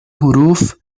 حروف